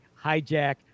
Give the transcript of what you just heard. hijack